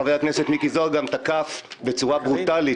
חבר הכנסת מיקי זוהר גם תקף בצורה ברוטלית,